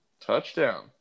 touchdown